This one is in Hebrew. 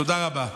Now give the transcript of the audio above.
תודה רבה.